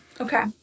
Okay